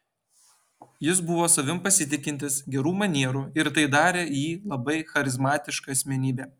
jis buvo savimi pasitikintis gerų manierų ir tai darė jį labai charizmatiška asmenybe